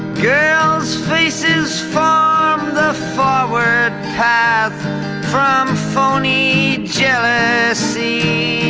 girls' faces formed the forward path from phony jealousy